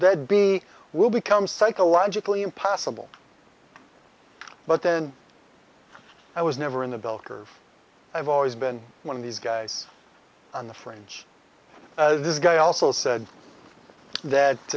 that be will become psychologically impossible but then i was never in the bell curve i've always been one of these guys on the fringe this guy also said